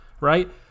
right